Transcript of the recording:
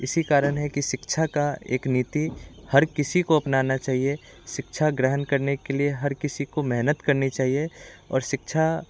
इसी कारण है कि शिक्षा का एक नीति हर किसी को अपनाना चाहिए शिक्षा ग्रहण करने के लिए हर किसी को मेहनत करनी चाहिए और शिक्षा